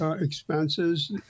expenses